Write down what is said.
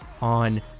on